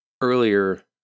earlier